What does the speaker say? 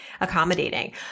accommodating